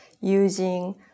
using